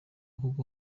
kuko